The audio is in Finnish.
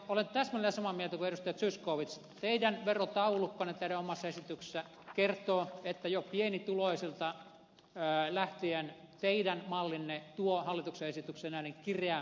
olen täsmälleen samaa mieltä kuin edustaja zyskowicz että teidän verotaulukkonne teidän omassa esityksessänne kertoo että jo pienituloisista lähtien teidän mallinne tuo hallituksen esitykseen nähden kireämmän tuloverotuksen